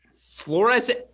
Flores